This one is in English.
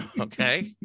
okay